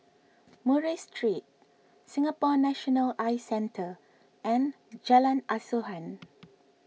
Murray Street Singapore National Eye Centre and Jalan Asuhan